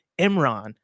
Imran